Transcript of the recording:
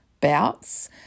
bouts